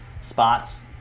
spots